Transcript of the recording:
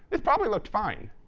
this probably looked fine.